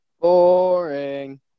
Boring